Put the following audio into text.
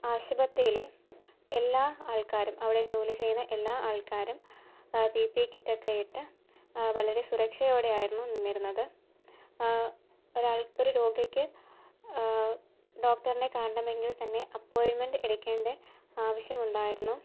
ആശുപത്രിയിലെ എല്ലാ ആൾക്കാരും അവിടെ ജോലി ചെയ്യുന്ന എല്ലാ ആൾക്കാരും പി പി കിറ്റൊക്കെ ഇട്ട് വളരെ സുരക്ഷയോടെ ആയിരുന്നു നിന്നിരുന്നത് ഒരാൾക്കു ഒരു രോഗിക്ക് ഡോക്ടറിനെ കാണണമെങ്കിൽ തന്നെ അപ്പോയ്ൻമെൻറ്റ് എടുക്കേണ്ട ആവശ്യമുണ്ടായിരുന്നു